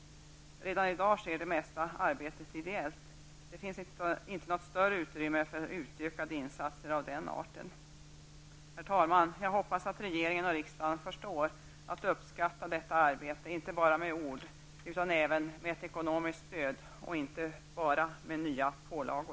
Redan i dag sker det mesta arbetet ideellt; det finns inte något större utrymme för utökade insatser av den arten. Herr talman! Jag hoppas att regeringen och riksdagen förstår att uppskatta detta arbete inte bara med ord utan även med ett ekonomiskt stöd och inte bara med nya pålagor.